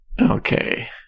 Okay